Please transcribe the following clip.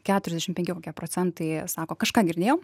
keturiasdešimt penki kokie procentai sako kažką girdėjom